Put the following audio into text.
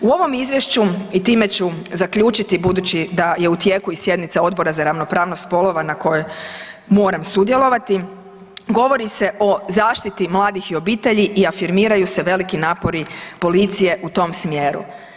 U ovom izvješću i time ću zaključiti budući da je u tijeku i sjednica Odbora za ravnopravnost spolova na kojoj moram sudjelovati, govori se o zaštiti mladih i obitelji i afirmiraju se veliki napori policije u tom smjeru.